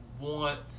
want